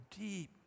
deep